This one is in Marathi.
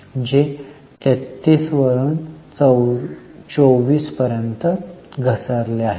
जे 33 वरून 24 पर्यंत घसरले आहेत